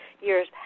years